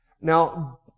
Now